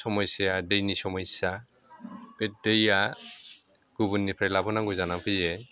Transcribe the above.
समयस्याया दैनि समयस्या बे दैया गुबुननिफ्राय लाबोनांगौ जानानै फैयो